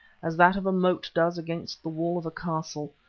as that of a moat does against the wall of a castle.